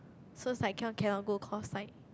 so it's like cannot cannot go cause like